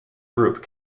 group